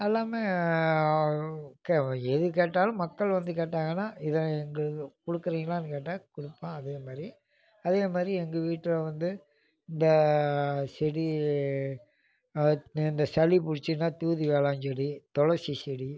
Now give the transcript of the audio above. எல்லாமே க எது கேட்டாலும் மக்கள் வந்து கேட்டாங்கன்னா இது எங்களுக்கு கொடுக்குறீங்களான்னு கேட்டால் கொடுப்போம் அதே மாதிரி அதே மாதிரி எங்கள் வீட்டில வந்து இந்த செடி இந்த சளி பிடிச்சிதுன்னா தூதுவளை செடி துளசி செடி